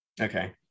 Okay